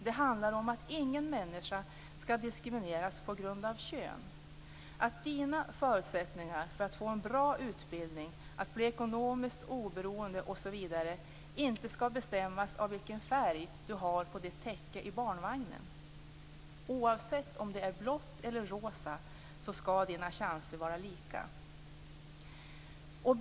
Det handlar om att ingen människa skall diskrimineras på grund av kön. Det handlar om att dina förutsättningar att få en bra utbildning, att bli ekonomiskt oberoende osv. inte skall bestämmas av vilken färg du har på ditt täcke i barnvagnen. Oavsett om det är blått eller rosa skall dina chanser vara lika stora.